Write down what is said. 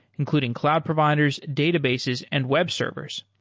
including cloud providers, databases and webservers.